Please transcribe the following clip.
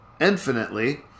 infinitely